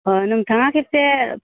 अ नोंथाङा खेबसे